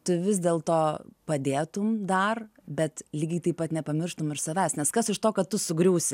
tu vis dėlto padėtum dar bet lygiai taip pat nepamirštum ir savęs nes kas iš to kad tu sugriūsi